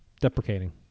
deprecating